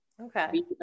Okay